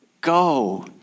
Go